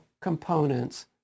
components